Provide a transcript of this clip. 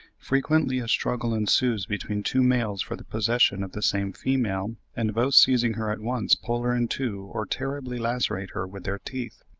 frequently a struggle ensues between two males for the possession of the same female, and both seizing her at once pull her in two or terribly lacerate her with their teeth.